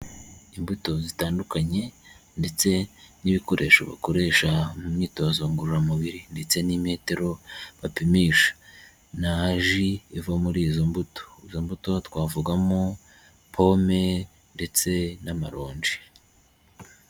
Imbuto zitandukanye ndetse n'ibikoresho bakoresha mu myitozo ngororamubiri ndetse n'imetero bapimisha na ji iva muri izo mbuto, izo mbuto twavugamo pome ndetse n'amaronji.